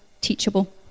teachable